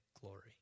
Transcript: glory